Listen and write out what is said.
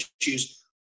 issues